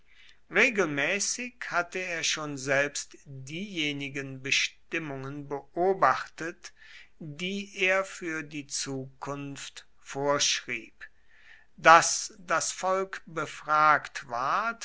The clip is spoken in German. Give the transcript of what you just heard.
regelmäßig hatte er schon selbst diejenigen bestimmungen beobachtet die er für die zukunft vorschrieb daß das volk befragt ward